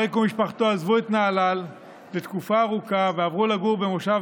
אריק ומשפחתו עזבו את נהלל לתקופה ארוכה ועברו לגור במושב